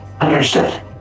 Understood